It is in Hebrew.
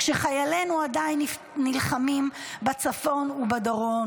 כשחיילינו עדיין נלחמים בצפון ובדרום,